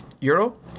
euro